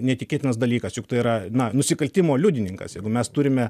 neįtikėtinas dalykas juk tai yra na nusikaltimo liudininkas jeigu mes turime